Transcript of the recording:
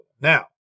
Now